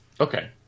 Okay